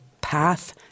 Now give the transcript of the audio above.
Path